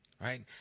right